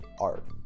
art